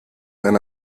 eine